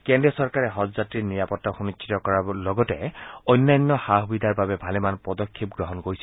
কেন্দ্ৰীয় চৰকাৰে হজযাত্ৰীৰ নিৰাপত্তা সুনিশ্চিত কৰাৰ লগেত অন্যান্য সা সুবিধাৰ বাবে ভালেমান পদক্ষেপ গ্ৰহণ কৰিছে